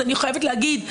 אז אני חייבת להגיד,